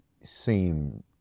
seem